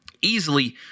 easily